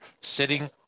sitting